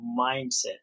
mindset